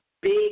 big